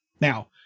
Now